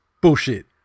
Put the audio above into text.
Bullshit